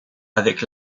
avec